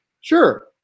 Sure